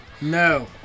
No